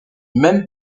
même